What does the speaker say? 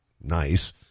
nice